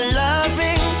loving